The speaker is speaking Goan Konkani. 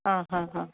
आं हां हां